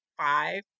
five